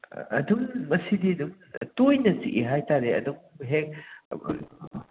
ꯑꯗꯨꯝ ꯃꯁꯤꯗꯤ ꯑꯗꯨꯝ ꯇꯣꯏꯅ ꯆꯤꯛꯏ ꯍꯥꯏꯇꯥꯔꯦ ꯑꯗꯨꯝ ꯍꯦꯛ